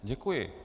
Děkuji.